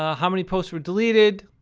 ah how many posts were deleted.